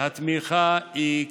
התמיכה היא,